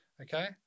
Okay